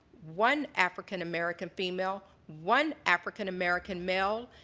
one african-american female, one african-american male,